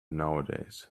nowadays